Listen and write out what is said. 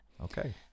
Okay